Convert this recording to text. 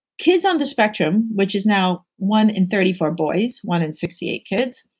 kids on the spectrum, which is now one in thirty four boys, one in sixty eight kids,